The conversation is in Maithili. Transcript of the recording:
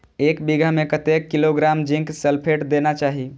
एक बिघा में कतेक किलोग्राम जिंक सल्फेट देना चाही?